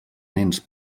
nens